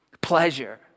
pleasure